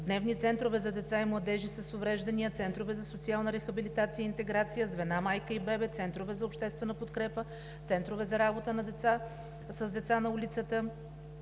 дневни центрове за деца и младежи с увреждания, центрове за социална рехабилитация и интеграция, звена „майка и бебе“, центрове за обществена подкрепа, центрове за работа с деца на улицата,